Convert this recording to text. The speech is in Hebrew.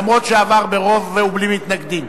אף שעבר ברוב ובלי מתנגדים,